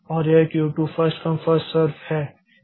और यह Q 2 first come first serve है